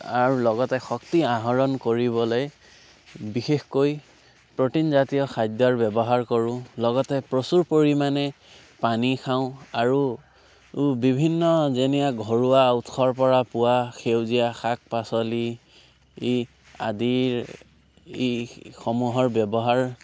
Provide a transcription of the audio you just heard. আৰু লগতে শক্তি আহৰণ কৰিবলৈ বিশেষকৈ প্ৰ'টিনজাতীয় খাদ্যৰ ব্যৱহাৰ কৰোঁ লগতে প্ৰচুৰ পৰিমাণে পানী খাওঁ আৰু বিভিন্ন যেনে ঘৰুৱা উৎসৰ পৰা পোৱা সেউজীয়া শাক পাচলি আদিৰ এইসমূহৰ ব্যৱহাৰ